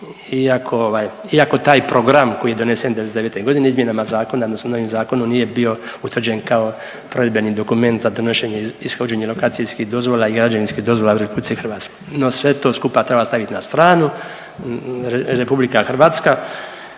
iako taj program koji je donesen '99. godine izmjenama zakona odnosno novim zakonom nije bio utvrđen kao provedbeni dokument za donošenje, ishođenje lokacijskih dozvola i građevinskih dozvola u RH. No, sve to skupa treba staviti na stranu. RH bi kao